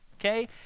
Okay